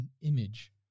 image